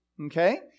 Okay